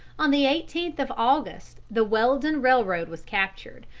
on the eighteenth of august the weldon railroad was captured,